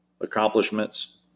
accomplishments